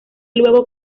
luego